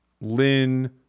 lynn